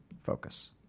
focus